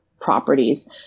properties